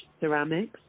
ceramics